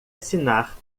assinar